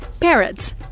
Parrots